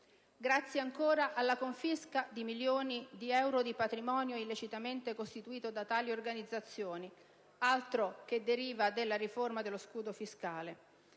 Grazie, ancora, alla confisca di milioni di euro di patrimonio illecitamente costituito da tali organizzazioni (altro che deriva della riforma dello scudo fiscale!).